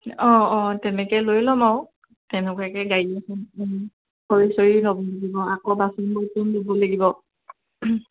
অঁ অঁ তেনেকৈ লৈ ল'ম আৰু তেনেকুৱাকৈ গাড়ীখন খৰি চৰি ল'ব লাগিব আকৌ বাচন বৰ্তন ল'ব লাগিব